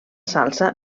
salsa